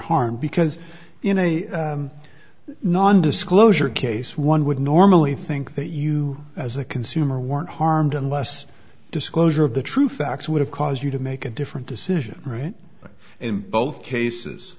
harmed because in a non disclosure case one would normally think that you as a consumer weren't harmed unless disclosure of the true facts would have caused you to make a different decision right in both cases